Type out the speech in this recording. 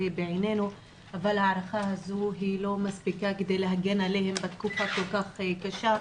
בעינינו אבל ההערכה הזו לא מספיקה כדי להגן עליהם תקופה כל כך קשה.